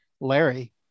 Larry